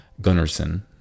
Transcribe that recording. Gunnarsson